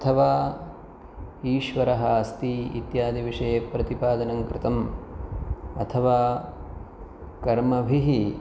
अथवा ईश्वरः अस्ति इत्यादि विषये प्रतिपादनं कृतम् अथवा कर्मभिः